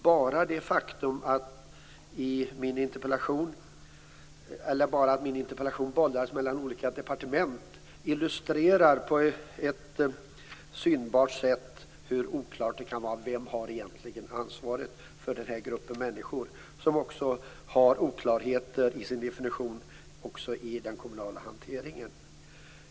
Bara det faktum att min interpellation bollats mellan olika departement illustrerar synbart hur oklart det kan vara vem som egentligen har ansvaret för den här gruppen människor. Också i den kommunala hanteringen finns det oklarheter vad gäller definitionen.